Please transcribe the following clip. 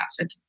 acid